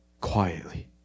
quietly